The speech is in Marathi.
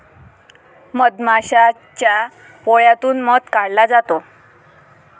मधमाशाच्या पोळ्यातून मध काढला जातो